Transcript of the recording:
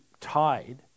tied